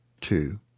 two